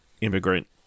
Immigrant